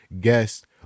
guest